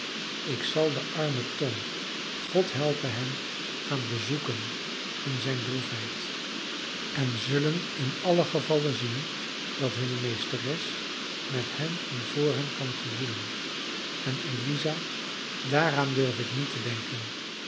ik zal den armen tom god helpe hem gaan bezoeken in zijn droefheid zij zullen in allen gevalle zien dat hunne meesteres met hen en voor hen kan gevoelen en eliza daaraan durf ik niet denken